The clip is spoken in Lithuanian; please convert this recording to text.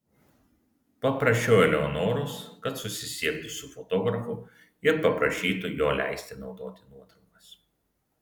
paprašiau eleonoros kad susisiektų su fotografu ir paprašytų jo leisti naudoti nuotraukas